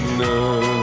none